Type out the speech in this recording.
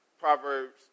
Proverbs